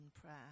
prayer